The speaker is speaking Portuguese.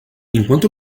enquanto